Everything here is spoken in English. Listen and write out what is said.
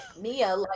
Mia